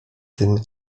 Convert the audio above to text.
tym